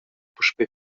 puspei